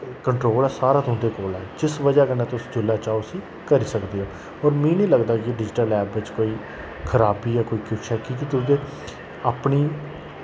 control ऐ सारा तुंदे कोल ऐ जिस वजह् कन्नै तुस जुल्लै चाहो उस्सी करी सकदे ओ और मि निं लगदा ऐ कि डिजिटल ऐप बिच कोई खराबी ऐ कोई कुश ऐ कि कि के तुंदी अपनी